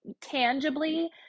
tangibly